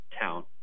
town